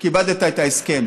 כיבדת את ההסכם,